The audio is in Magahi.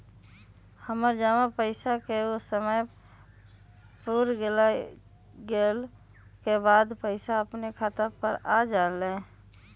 हमर जमा पैसा के समय पुर गेल के बाद पैसा अपने खाता पर आ जाले?